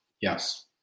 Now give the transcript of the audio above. Yes